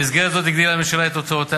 במסגרת זו הגדילה הממשלה את הוצאותיה